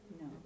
No